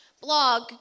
blog